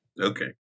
Okay